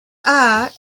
are